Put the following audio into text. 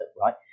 right